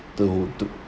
to to